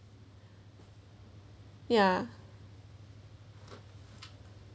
ya